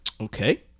okay